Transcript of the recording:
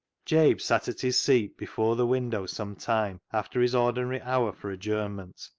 jabe sat at his seat before the window some time after his ordinary hour for adjournment,